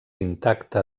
intacta